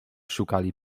szukali